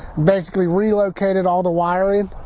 basically relocated all the wiring,